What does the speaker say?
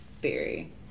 theory